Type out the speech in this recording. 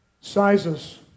sizes